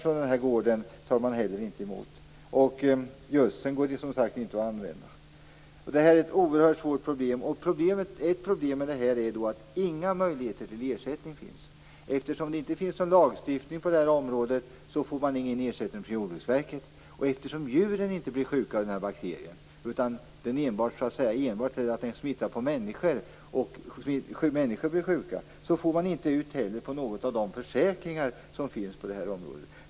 Men man tar nu inte heller emot maskiner från gården. Gödseln går inte att använda. Detta är ett oerhört svårt problem. Inga möjligheter till ersättning finns. Eftersom det inte finns någon lagstiftning på området får man ingen ersättning från Jordbruksverket. Eftersom djuren inte blir sjuka av bakterien - den smittar enbart människor - får man inte heller ut något på de försäkringar som finns på området.